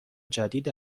جدید